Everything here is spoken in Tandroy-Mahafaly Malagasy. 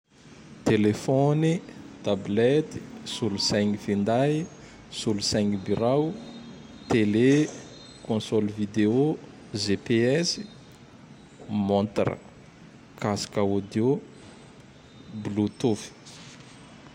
téléfôny, tablety, solosaigne finday, solosaigne birao, tele, kônsôly vidéo, GPS, Montre.